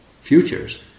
futures